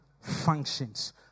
Functions